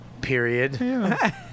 Period